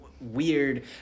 weird